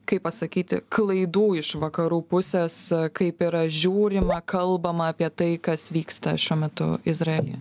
kaip pasakyti klaidų iš vakarų pusės kaip yra žiūrima kalbama apie tai kas vyksta šiuo metu izraelyje